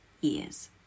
years